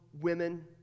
women